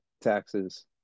taxes